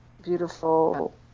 Beautiful